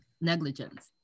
negligence